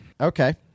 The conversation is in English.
Okay